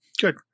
Good